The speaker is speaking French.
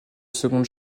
seconde